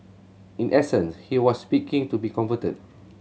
in essence he was speaking to be converted